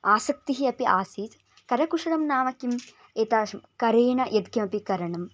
आसक्तिः अपि आसीत् करकुशलं नाम किम् एतेषु करेण यद् किमपि करणं